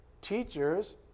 Teachers